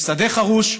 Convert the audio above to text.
יש שדה חרוש,